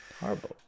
Horrible